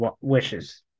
wishes